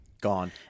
gone